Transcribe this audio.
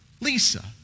Lisa